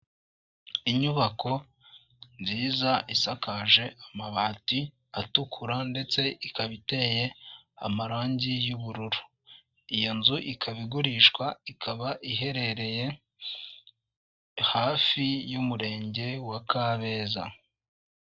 Inyubako nziza isakaje amabati atukura ndetse ikaba iteye amarangi y'ubururu, iyo nzu ikaba igurishwa ikaba iherereye hafi y'umurenge wa Kabeza.